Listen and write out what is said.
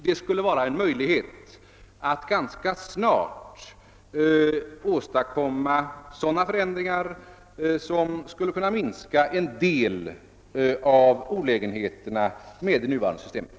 Det skulle ganska snart kunna möjliggöra sådana förändringar som kan minska en del av olägenheterna med det nuvarande systemet.